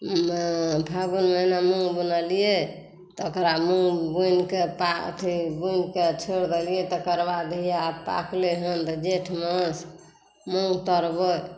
फागुन महिना मूँग बुनलियै तकरा मूँग बुनि कऽ पा अथी बुनि कऽ छोरि देलियै तकरबाद पाकलै हन जेठ मास मूँग तरबै